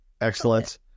Excellent